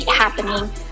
happening